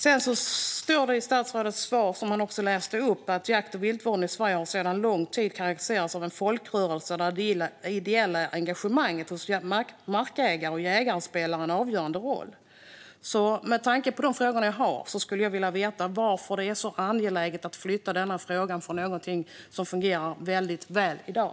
I statsrådets svar säger han att jakt och viltvården i Sverige sedan lång tid karakteriseras av en folkrörelse där det ideella engagemanget hos markägare och jägare spelar en avgörande roll. Med tanke på de frågor jag har skulle jag vilja veta varför det är så angeläget att flytta denna fråga från någonting som fungerar väldigt väl i dag.